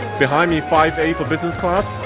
behind me, five a for business class,